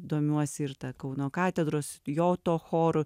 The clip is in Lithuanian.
domiuosi ir ta kauno katedros jo to choro